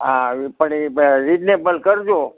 હા પણ હવે એ ભાઈ રિઝનેબલ કરજો